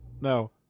no